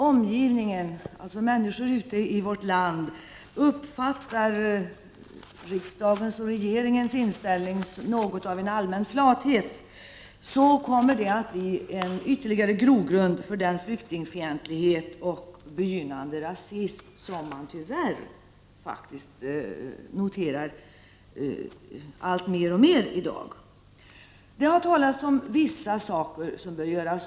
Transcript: Om människor ute i vårt land uppfattar riksdagen och regeringen som flata kommer det att bli en ytterligare grogrund för den flyktingfientlighet och begynnande rasism som man tyvärr noterar alltmer i dag. Det har talats om vissa saker som bör göras.